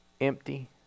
Empty